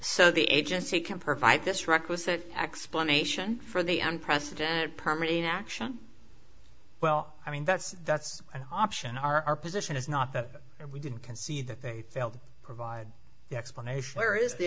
so the agency can provide this requisite explanation for the unprecedented permian action well i mean that's that's an option our our position is not that we didn't concede that they failed to provide the explanation where is the